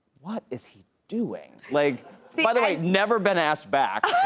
what is he doing? like by the way, never been asked back